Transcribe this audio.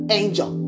angel